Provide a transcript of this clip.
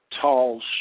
tall